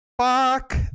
Fuck